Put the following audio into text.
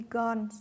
gone